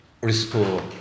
restore